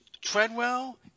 Treadwell